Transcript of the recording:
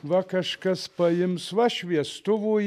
va kažkas paims va šviestuvų